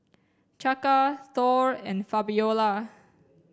Chaka Thor and Fabiola